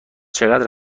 چقدر